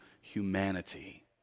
humanity